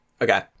Okay